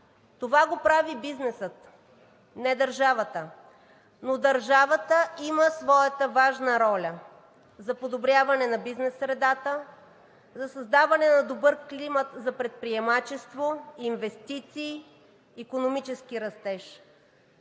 Това го прави бизнесът, не държавата. Но държавата има своята важна роля за подобряване на бизнес средата, за създаване на добър климат за предприемачество, инвестиции и икономически растеж.